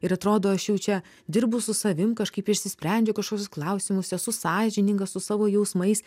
ir atrodo aš jau čia dirbu su savim kažkaip išsisprendžiu kažkokius klausimus esu sąžininga su savo jausmais